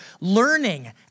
learning